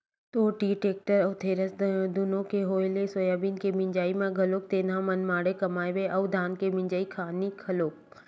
तोर तीर टेक्टर अउ थेरेसर दुनो के होय ले सोयाबीन के मिंजई म घलोक तेंहा मनमाड़े कमाबे अउ धान के मिंजई खानी घलोक